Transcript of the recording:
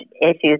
issues